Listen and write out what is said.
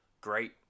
great